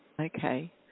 Okay